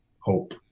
hope